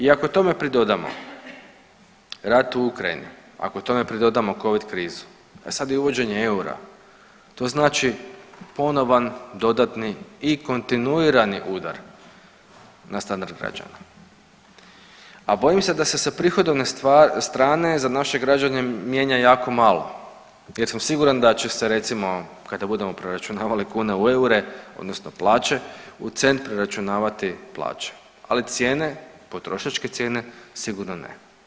I ako tome pridodamo rat u Ukrajini, ako tome pridodamo covid krizu, e sad i uvođenje eura, to znači ponovan dodatni i kontinuirani udar na standard građana, a bojim se da se sa prihodovne strane za naše građane mijenja jako malo jer sam siguran da će se recimo, kada budemo preračunavali kune u eure, odnosno plaće, u cent preračunavati plaće, ali cijene, potrošačke cijene sigurno ne.